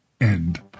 end